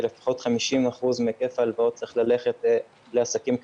לפחות 50% מהיקף ההלוואות צריך ללכת לעסקים הקטנים,